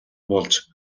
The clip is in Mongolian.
болж